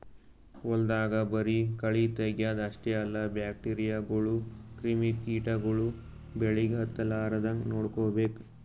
ಹೊಲ್ದಾಗ ಬರಿ ಕಳಿ ತಗ್ಯಾದ್ ಅಷ್ಟೇ ಅಲ್ಲ ಬ್ಯಾಕ್ಟೀರಿಯಾಗೋಳು ಕ್ರಿಮಿ ಕಿಟಗೊಳು ಬೆಳಿಗ್ ಹತ್ತಲಾರದಂಗ್ ನೋಡ್ಕೋಬೇಕ್